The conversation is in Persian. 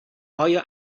ایا